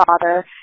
father